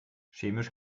chemisch